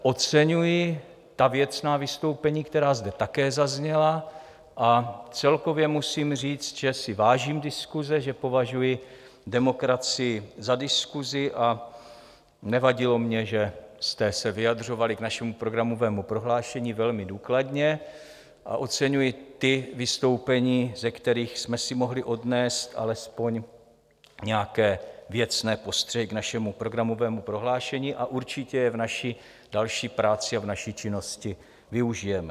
Oceňuji věcná vystoupení, která zde také zazněla, a celkově musím říct, že si vážím diskuse, že považuji demokracii za diskusi, nevadilo mně, že jste se vyjadřovali k našemu programovému prohlášení velmi důkladně, a oceňuji vystoupení, ze kterých jsme si mohli odnést alespoň nějaké věcné postřehy k našemu programovému prohlášení, a určitě je v naší další práci a v naší činnosti využijeme.